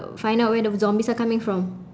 find out where the zombies are coming from